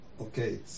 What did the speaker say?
Okay